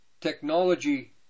technology